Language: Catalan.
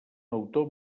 autor